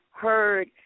heard